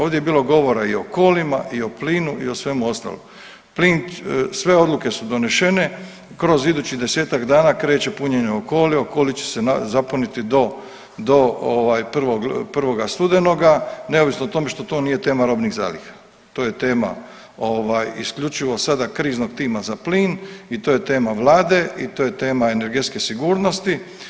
Ovdje je bilo govora i o Okolima i o plinu i o svemu ostalom, plin sve odluke su donešene, kroz idućih desetak dana kreće punjenje Okoli-a, Okoli će zapuniti do 1. studenoga neovisno o tome što to nije tema robnih zaliha, to je tema isključivo sada kriznog tima za plin i to je tema vlade i to je tema energetske sigurnosti.